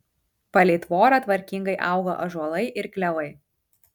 palei tvorą tvarkingai augo ąžuolai ir klevai